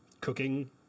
cooking